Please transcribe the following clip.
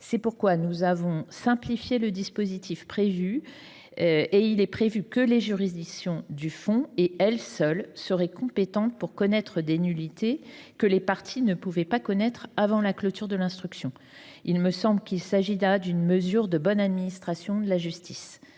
C’est pourquoi nous avons simplifié le dispositif et prévu que les juridictions du fond, et elles seules, seraient compétentes pour connaître des nullités que les parties ne pouvaient pas connaître avant la clôture de l’instruction : il me semble qu’il s’agit là d’une mesure de bonne administration de la justice.